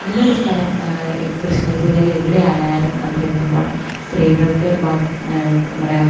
അതിനൊരു സ്ഥലം തൃശ്ശൂർ ജില്ലയിലെവിടെ ആയാലും അത് ലെഭ്യമാണ് സ്ത്രീകൾക്ക് ബാത് എന്താ പറയുക